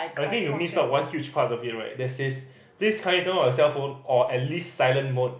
I think you missed out one huge part of it right that says please kindly turn off your cell phone or at least silent mode